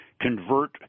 convert